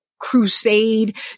crusade